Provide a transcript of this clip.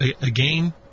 again